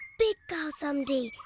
big cow someday,